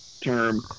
term